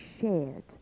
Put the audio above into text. shared